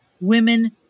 women